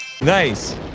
Nice